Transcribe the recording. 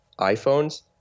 iPhones –